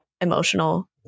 emotional